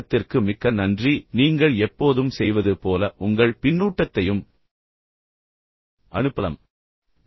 உங்கள் பின்னூட்டத்திற்கு மிக்க நன்றி நீங்கள் எப்போதும் செய்வது போல உங்கள் பின்னூட்டத்தையும் அனுப்பலாம்